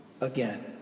again